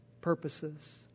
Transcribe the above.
purposes